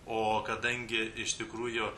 o kadangi iš tikrųjų